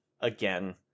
again